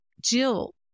Jill